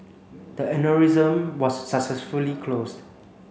the aneurysm was successfully closed